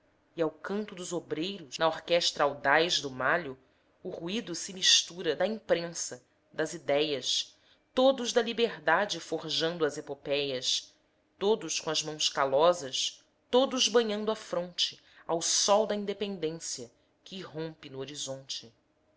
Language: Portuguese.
e ao canto dos obreiros na orquestra audaz do malho o ruído se mistura da imprensa das idéias todos da liberdade forjando as epopéias todos co'as mãos calosas todos banhando a fronte ao sol da independência que irrompe no horizonte